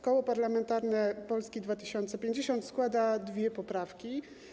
Koło Parlamentarne Polska 2050 składa dwie poprawki.